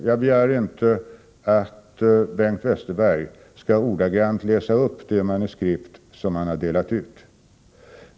Jag begär inte att Bengt Westerberg ordagrant skall läsa upp det manuskript som han har delat ut.